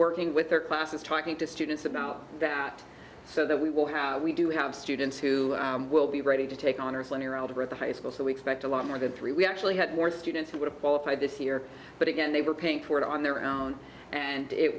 working with their classes talking to students about that so that we will have we do have students who will be ready to take honors linear algebra at the high school so we expect a lot more than three we actually had more students who would qualify this year but again they were paying for it on their own and it